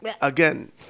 again